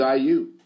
IU